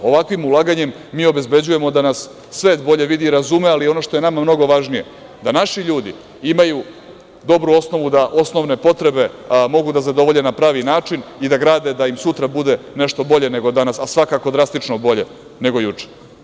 Ovakvim ulaganjem mi obezbeđujemo da nas svet bolje vidi i razume, ali ono što je nama mnogo važnije, da naši ljudi imaju dobru osnovu da osnovne potrebe mogu da zadovolje na pravi način i da grade da im sutra bude nešto bolje nego danas, a svakako drastično bolje nego juče.